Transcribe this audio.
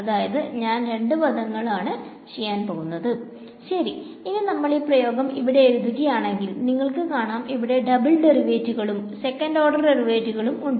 അതായത് ഞാൻ രണ്ട് പദങ്ങൾ ആണ് ചെയ്യാൻ പോകുന്നത് ശെരി ഇനി നമ്മൾ ഈ പ്രയോഗം ഇവിടെ എഴുതുകയാണെങ്കിൽ നിങ്ങൾക്ക് കാണാം ഇവിടെ ഡബിൾ ഡെറിവേറ്റിവുകളും സെക്കന്റ് ഓർഡർ ഡെരിവേറ്റിവുകളും ഉണ്ട്